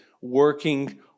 working